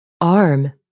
arm